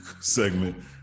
segment